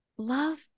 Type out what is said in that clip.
love